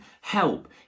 help